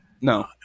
no